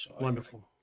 Wonderful